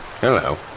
Hello